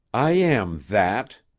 i am that!